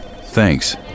Thanks